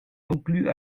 conclut